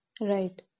right